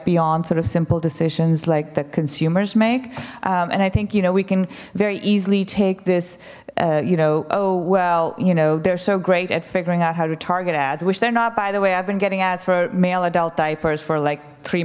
beyond sort of simple decisions like the consumers make and i think you know we can very easily take this you know oh well you know they're so great at figuring out how to target ads which they're not by the way i've been getting asked for male adult diapers for like three